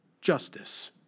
justice